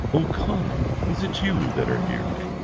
o conall, is it you that are here?